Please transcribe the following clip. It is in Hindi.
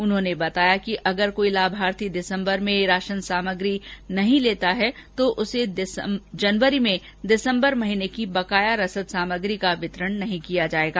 उन्होंने बताया कि अगर कोई लाभार्थी दिसम्बर में राशन सामग्री नहीं लेता है तो उसे जनवरी में दिसम्बर माह की बकाया रसद सामग्री का वितरण नहीं किया जायेगा